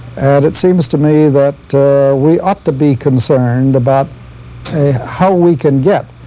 and it seems to me, that we ought to be concerned about how we can get